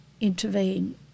intervene